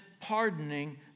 pardoning